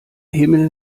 himmel